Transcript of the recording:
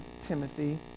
Timothy